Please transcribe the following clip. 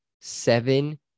seven